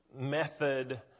method